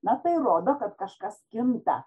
na tai rodo kad kažkas kinta